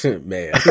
man